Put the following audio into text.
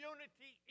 Unity